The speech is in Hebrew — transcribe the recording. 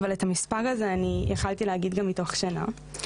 אבל את המספר הזה הייתי יכולה להגיד גם מתוך שינה.